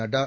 Nadda